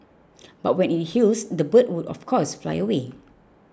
but when it heals the bird would of course fly away